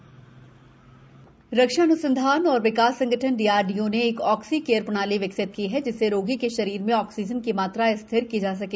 Oxycare प्रणाली रक्षा अन्संधान और विकास संगठन डीआरडीओ ने एक ऑक्सीकेयर प्रणाली विकसित की है जिससे रोगी के शरीर में ऑक्सीजन की मात्रा स्थिर की जा सके